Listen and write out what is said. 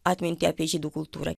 atmintį apie žydų kultūrą